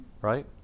Right